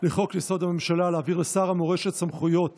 הממשלה, להעביר לשר למורשת סמכויות